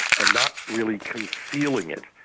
and not really concealing it.